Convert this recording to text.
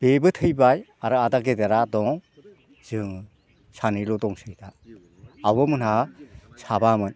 बेबो थैबाय आरो आदा गेदेरा दं जों सानैल' दंसै आब'मोनहा साबामोन